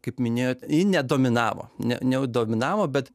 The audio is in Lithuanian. kaip minėjot ji nedominavo ne nedominavo bet